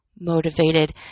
motivated